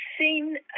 seen